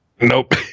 Nope